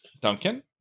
Duncan